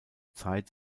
zeit